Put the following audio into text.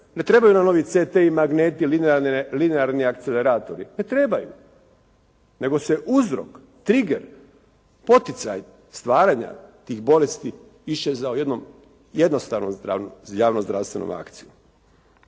Ne trebaju nam novi CT-i, magneti, linearni akceleratori. Ne trebaju, nego se uzrok, trigger, poticaj stvaranja tih bolesti isčezao jednom jednostavnom javno-zdravstvenom akcijom.